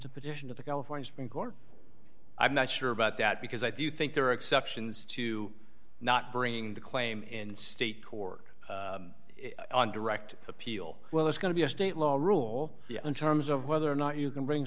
to petition to the california supreme court i'm not sure about that because i do think there are exceptions to not bring the claim in state court direct appeal well it's going to be a state law rule in terms of whether or not you can bring